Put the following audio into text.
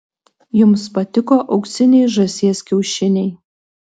jums patiko auksiniai žąsies kiaušiniai